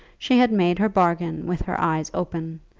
she had made her bargain with her eyes open,